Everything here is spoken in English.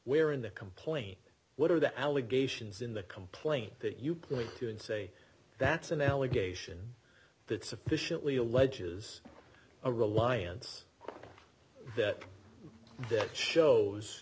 where in the complaint what are the allegations in the complaint that you point to and say that's an allegation that sufficiently alleges a reliance that that shows